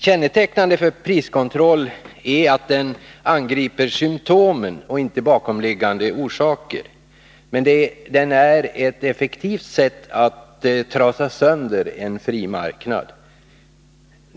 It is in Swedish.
Kännetecknande för priskontroll är att den angriper symptomen och inte de bakomliggande orsakerna. Men den är ett effektivt sätt att trasa sönder en fri marknad.